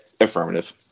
affirmative